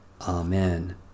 Amen